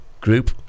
Group